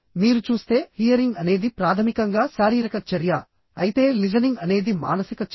మీరు చూస్తే హియరింగ్ అనేది ప్రాథమికంగా శారీరక చర్య అయితే లిజనింగ్ అనేది మానసిక చర్య